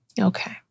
Okay